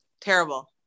Terrible